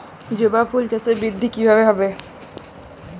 জবা ফুল চাষে বৃদ্ধি কিভাবে হবে?